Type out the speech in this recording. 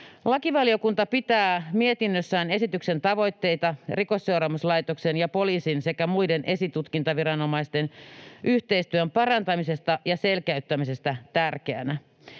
Lakivaliokunta pitää mietinnössään esityksen tavoitteita Rikosseuraamuslaitoksen ja poliisin sekä muiden esitutkintaviranomaisten yhteistyön parantamisesta ja selkeyttämisestä tärkeänä.